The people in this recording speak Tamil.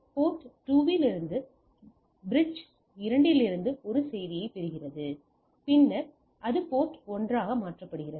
போர்ட் 2 இல் இருந்து பிரிட்ஜ் 2 இலிருந்து ஒரு செய்தியைப் பெறுகிறது பின்னர் அது போர்ட் 1 ஆக மாற்றப்படுகிறது